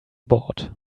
board